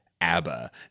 ABBA